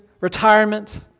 retirement